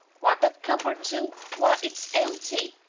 what, that cupboard too? why, it's empty!